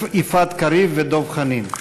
יפעת קריב ודב חנין.